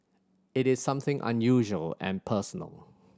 it is something unusual and personal